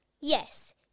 Yes